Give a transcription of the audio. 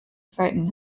frighten